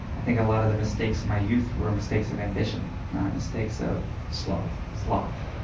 i think a lot of the mistakes of my youth were mistakes of ambition, not mistakes of sloth. sloth.